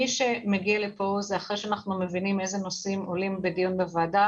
מי שמגיע לפה זה אחרי שאנחנו מבינים איזה נושאים עולים בדיון בוועדה.